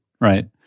right